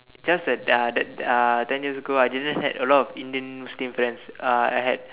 just that uh that uh ten years ago I didn't had a lot of Indian Muslim friends uh I had